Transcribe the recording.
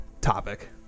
topic